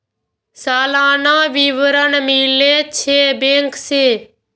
सलाना विवरण मिलै छै बैंक से?